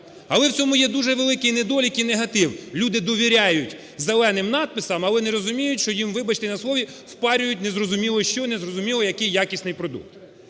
Але в цьому є дуже великий недолік і негатив. Люди довіряють зеленим надписам, але не розуміють, що їм, вибачте на слові, впарюють незрозуміло що і незрозуміло який якісний продукт.